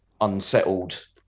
unsettled